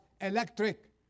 electric